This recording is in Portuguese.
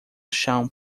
chão